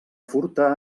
furta